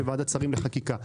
לוועדת שרים לחקיקה.